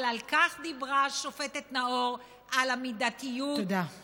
אבל על כך דיברה השופטת נאור, על המידתיות, תודה.